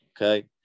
okay